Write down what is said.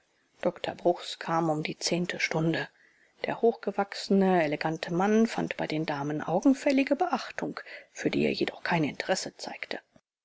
dr bruchs kam um die zehnte stunde der hochgewachsene elegante mann fand bei den damen augenfällige beachtung für die er jedoch kein interesse zeigte